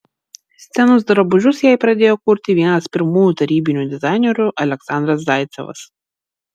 scenos drabužius jai pradėjo kurti vienas pirmųjų tarybinių dizainerių aleksandras zaicevas